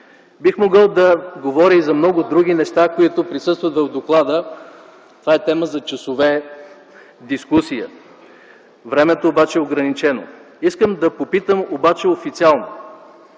Бих могъл да говоря и за много други неща, които присъстват в доклада. Това е тема за часове дискусия. Времето обаче е ограничено. Искам да попитам официално